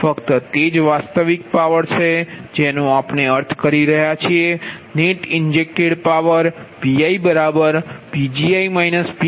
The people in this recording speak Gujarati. ફક્ત તે જ વાસ્તવિક પાવર છે જેનો આપણે અર્થ કરી રહ્યા છીએ net injected power PiPgi PLi